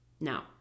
Now